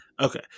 Okay